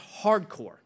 hardcore